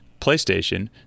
playstation